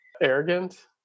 arrogant